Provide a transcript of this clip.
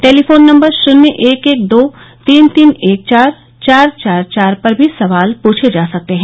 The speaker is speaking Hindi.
टेलीफोन नंबर शुन्य एक एक दो तीन तीन एक चार चार चार चार पर भी सवाल पूछे जा सकते हैं